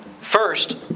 First